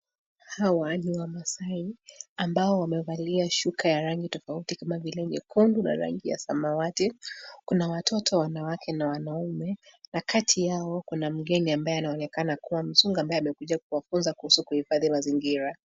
Hawa ni wamaasai ambao wamevalia shuka ya rangi tofauti kama vile nyekundu na rangi ya samawati. Kuna watoto wanawake na wanaume na kati yao kuna mgani ambaye anaonekana kuwa mzungu ambaye amekuja kuwafunza kuhusu kuhifadhi mazingira.